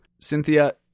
Cynthia